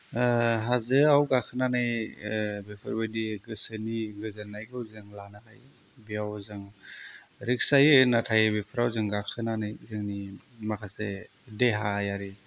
हाजोआव गाखोनानै बेफोरबादि गोसोनि गोजोननायखौ जोङो लानानै बेयाव जों रिक्स जायो नाथाय बेफोराव जों गाखोनानै जोंनि माखासे देहायारि